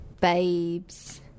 babes